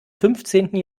fünfzehnten